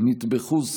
נטבחו זקנים,